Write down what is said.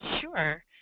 Sure